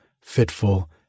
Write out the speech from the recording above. fitful